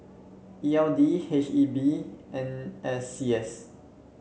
E L D H E B N S C S